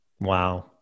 Wow